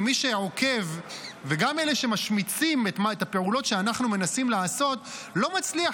ומי שעוקב אחרי הפעולות שאנחנו מנסים לעשות לא מצליח